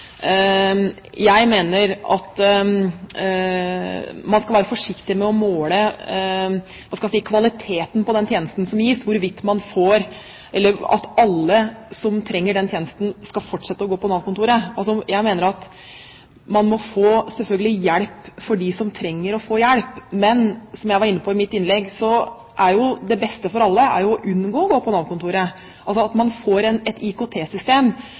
Jeg mener at man skal være forsiktig med å måle kvaliteten på den tjenesten som gis, ut fra at alle som trenger tjenesten, skal fortsette å gå på Nav-kontoret. Jeg mener at de som trenger det, selvfølgelig må få hjelp, men, som jeg var inne på i mitt innlegg, er jo det beste for alle å unngå å gå på Nav-kontoret, altså at man får et